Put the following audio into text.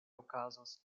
okazos